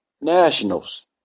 Nationals